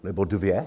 Nebo dvě?